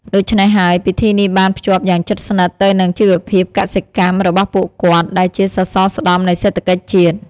ដូច្នេះហើយ ពិធីនេះបានភ្ជាប់យ៉ាងជិតស្និទ្ធទៅនឹងជីវភាពកសិកម្មរបស់ពួកគាត់ ដែលជាសសរស្តម្ភនៃសេដ្ឋកិច្ចជាតិ។